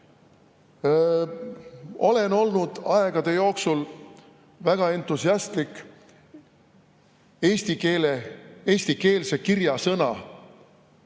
Olen olnud aegade jooksul väga entusiastlik eestikeelse kirjasõna